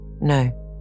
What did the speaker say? No